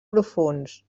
profunds